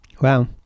Wow